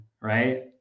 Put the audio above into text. right